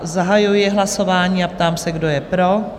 Zahajuji hlasování a ptám se, kdo je pro?